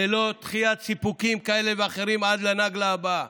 ללא דחיית סיפוקים כאלה ואחרים, עד לנגלה הבאה.